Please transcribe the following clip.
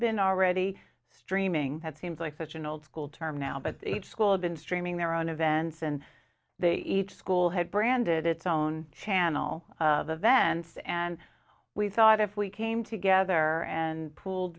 been already streaming had seems like such an old school term now but each school had been streaming their own events and they each school had branded its own channel of events and we thought if we came together and pool